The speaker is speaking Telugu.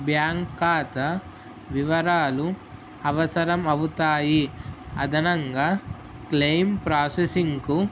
బ్యాంక్ ఖాతా వివరాలు అవసరం అవుతాయి అదనంగా క్లెయిమ్ ప్రాసెసింగ్కు